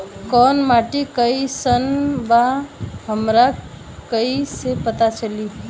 कोउन माटी कई सन बा हमरा कई से पता चली?